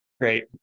Great